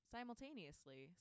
Simultaneously